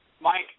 Mike